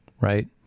Right